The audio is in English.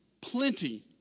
Plenty